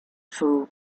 fool